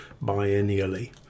biennially